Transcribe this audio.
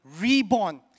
reborn